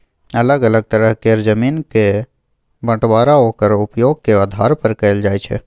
अलग अलग तरह केर जमीन के बंटबांरा ओक्कर उपयोग के आधार पर कएल जाइ छै